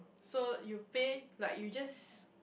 so you pay like you just